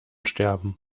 sterben